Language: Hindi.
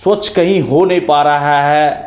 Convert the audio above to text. स्वच्छ कहीं हो नहीं पा रहा है